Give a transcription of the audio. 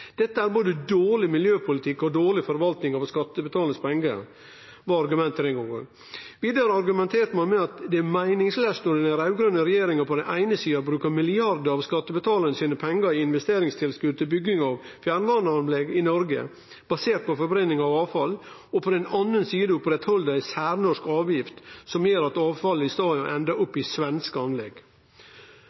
Dette er både dårleg miljøpolitikk og dårleg forvaltning av skattebetalarane sine pengar, var argumentet den gongen. Vidare argumenterte ein med at det er meiningslaust når den raud-grøne regjeringa på den eine sida brukar milliardar av skattebetalarane sine pengar i investeringstilskot til bygging av fjernvarmeanlegg i Noreg basert på forbrenning av avfall, og på den andre sida opprettheld ei særnorsk avgift som gjer at avfallet i staden endar opp i svenske anlegg.